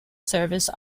service